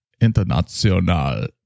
international